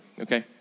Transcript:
okay